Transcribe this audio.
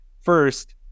First